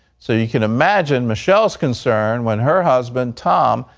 so you can imagine michelle's concern when her husband, tom,